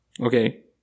Okay